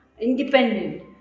independent